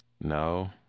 No